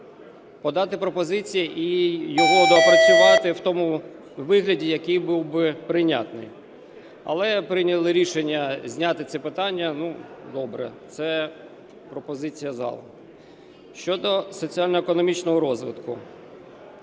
подати пропозиції і його доопрацювати в тому вигляді, який був би прийнятний. Але прийняли рішення зняти це питання, ну добре, це пропозиція залу. Щодо соціально-економічного розвитку,